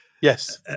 yes